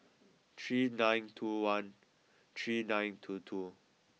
three nine two one three nine two two